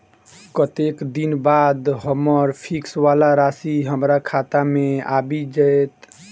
कत्तेक दिनक बाद हम्मर फिक्स वला राशि हमरा खाता मे आबि जैत?